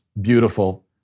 beautiful